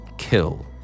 Kill